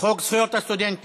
הצעת חוק זכויות הסטודנט